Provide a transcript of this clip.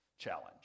Challenge